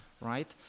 Right